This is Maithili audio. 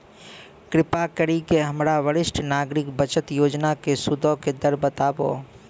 कृपा करि के हमरा वरिष्ठ नागरिक बचत योजना के सूदो के दर बताबो